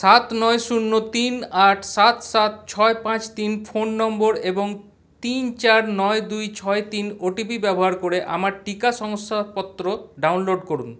সাত নয় শূন্য তিন আট সাত সাত ছয় পাঁচ তিন ফোন নম্বর এবং তিন চার নয় দুই ছয় তিন ওটিপি ব্যবহার করে আমার টিকা শংসাপত্র ডাউনলোড করুন